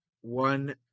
one